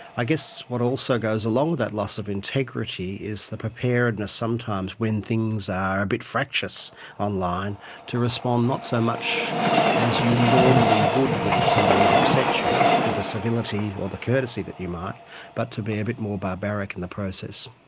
i guess what also goes along with that loss of integrity is the preparedness sometimes when things are a bit fractious online to respond not so much as you normally would when somebody has upset you with the civility or the courtesy that you might but to be a bit more barbaric in the process.